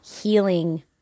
healing